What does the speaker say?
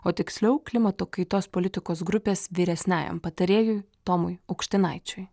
o tiksliau klimato kaitos politikos grupės vyresniajam patarėjui tomui aukštinaičiui